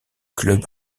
club